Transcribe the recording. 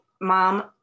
mom